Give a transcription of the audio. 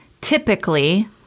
typically